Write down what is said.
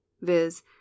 viz